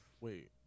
Wait